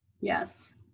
Yes